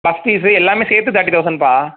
bus fees எல்லாம் சேர்த்து thirty தௌசண்ட்ப்பா